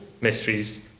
mysteries